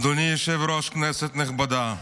אדוני היושב-ראש, כנסת נכבדה,